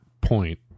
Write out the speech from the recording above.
point